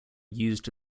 used